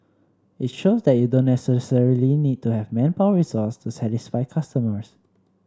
it shows that you don't necessarily need to have manpower resources to satisfy customers